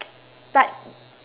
but